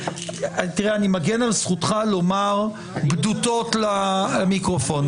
תראה אני מגן על זכותך לומר בדותות למיקרופון.